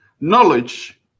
Knowledge